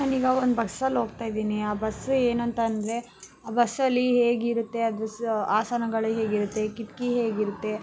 ನಾನೀಗ ಒಂದು ಬಸ್ಸಲ್ಲಿ ಹೋಗ್ತಾ ಇದ್ದೀನಿ ಆ ಬಸ್ಸು ಏನಂತಂದರೆ ಆ ಬಸ್ಸಲ್ಲಿ ಹೇಗಿರುತ್ತೆ ಅದುಸಾ ಆಸನಗಳು ಹೇಗಿರುತ್ತೆ ಕಿಟಕಿ ಹೇಗಿರುತ್ತೆ